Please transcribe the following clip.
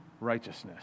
righteousness